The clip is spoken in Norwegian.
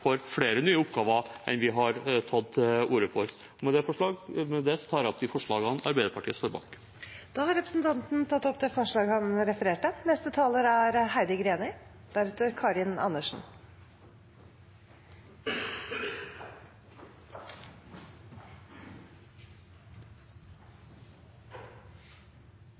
flere nye oppgaver enn vi har tatt til orde for. Med det tar jeg opp det forslaget Arbeiderpartiet står bak. Representanten Eirik Sivertsen har tatt opp det forslaget han refererte